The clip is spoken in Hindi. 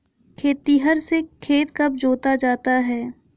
खेतिहर से खेत कब जोता जाता है?